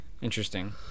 Interesting